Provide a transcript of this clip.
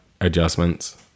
adjustments